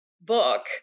book